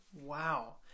Wow